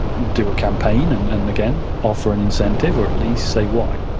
do a campaign, and and again, offer an incentive, or at least say why.